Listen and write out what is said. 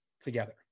together